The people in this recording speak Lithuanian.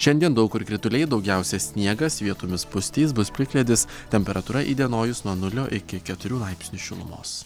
šiandien daug kur krituliai daugiausia sniegas vietomis pustys bus plikledis temperatūra įdienojus nuo nulio iki keturių laipsnių šilumos